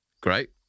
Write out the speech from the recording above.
Great